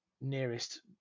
nearest